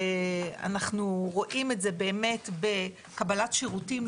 אנחנו רואים את זה באמת בקבלת שירותים,